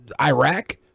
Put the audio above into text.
Iraq